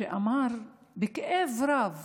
שאמר בכאב רב: